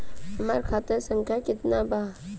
हमार खाता संख्या केतना बा?